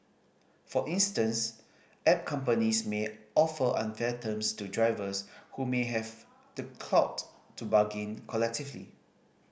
for instance app companies may offer unfair terms to drivers who may have the clout to bargain collectively